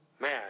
man